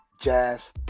jazz